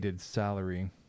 salary